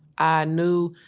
i knew,